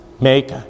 Make